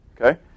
Okay